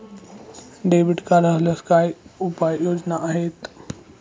Debit card हरवल्यास काय उपाय योजना आहेत?